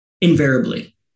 invariably